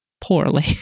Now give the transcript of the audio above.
Poorly